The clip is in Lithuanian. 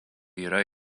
yra